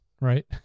right